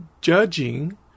judging